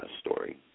story